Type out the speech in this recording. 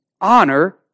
honor